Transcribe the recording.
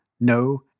no